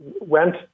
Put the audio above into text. went